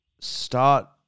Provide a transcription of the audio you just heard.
start